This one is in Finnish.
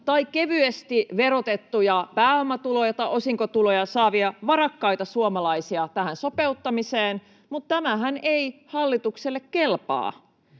tai kevyesti verotettuja pääomatuloja tai osinkotuloja saavia varakkaita suomalaisia. Mutta tämähän ei hallitukselle kelpaa.